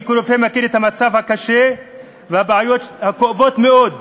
אני כרופא מכיר את המצב הקשה ואת הבעיות הכואבות מאוד.